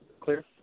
Clear